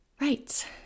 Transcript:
Right